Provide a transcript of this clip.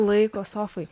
laiko sofai